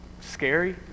scary